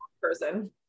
person